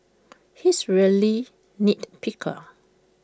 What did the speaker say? he is A really nit picker